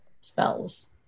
spells